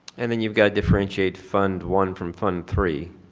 and then you've got to differentiate fund one from fund three.